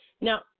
Now